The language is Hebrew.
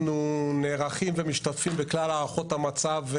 אנחנו נערכים ומשתתפים בכלל הערכות המצב,